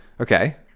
okay